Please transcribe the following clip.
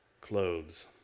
clothes